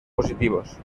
positivos